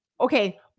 okay